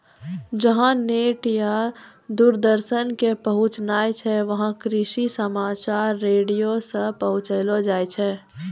जहां नेट या दूरदर्शन के पहुंच नाय छै वहां कृषि समाचार रेडियो सॅ पहुंचैलो जाय छै